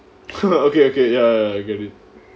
okay okay ya ya I get it